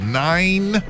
nine